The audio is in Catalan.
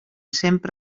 sempre